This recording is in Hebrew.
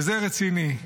וזה רציני: